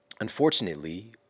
unfortunately